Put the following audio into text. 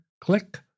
click